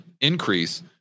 increase